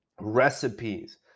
recipes